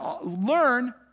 learn